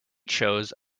chose